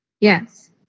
Yes